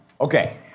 Okay